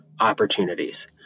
opportunities